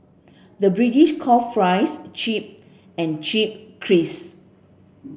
the British call fries chip and chip crisp